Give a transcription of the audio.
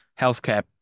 healthcare